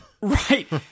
Right